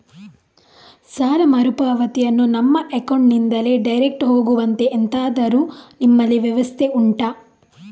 ಸಾಲ ಮರುಪಾವತಿಯನ್ನು ನಮ್ಮ ಅಕೌಂಟ್ ನಿಂದಲೇ ಡೈರೆಕ್ಟ್ ಹೋಗುವಂತೆ ಎಂತಾದರು ನಿಮ್ಮಲ್ಲಿ ವ್ಯವಸ್ಥೆ ಉಂಟಾ